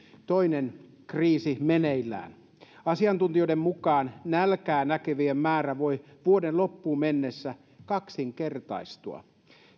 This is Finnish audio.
toinen kriisi meneillään asiantuntijoiden mukaan nälkää näkevien määrä voi vuoden loppuun mennessä kaksinkertaistua